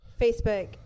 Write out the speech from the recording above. Facebook